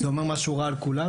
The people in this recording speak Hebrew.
זה אומר משהו רע על כולנו.